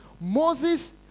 Moses